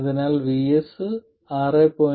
അതിനാൽ VS 6